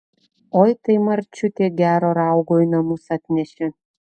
oi tai marčiutė gero raugo į namus atnešė